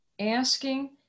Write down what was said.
asking